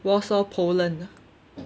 warsaw poland